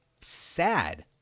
sad